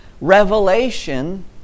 Revelation